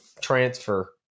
transfer